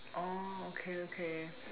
oh okay okay